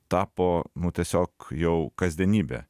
tapo nu tiesiog jau kasdienybė